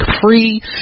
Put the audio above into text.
free